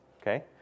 Okay